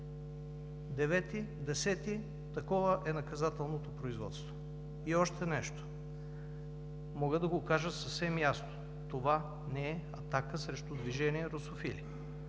9-и, 10-и, такова е наказателното производство. И още нещо – мога да го кажа съвсем ясно, това не е атака срещу Движение „Русофили“.